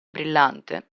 brillante